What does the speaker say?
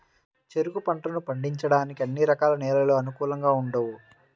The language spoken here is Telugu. చెరుకు పంటను పండించడానికి అన్ని రకాల నేలలు అనుకూలంగా ఉండవు